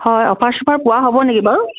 হয় অফাৰ চফাৰ পোৱা হ'ব নেকি বাৰু